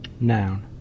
noun